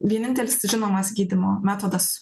vienintelis žinomas gydymo metodas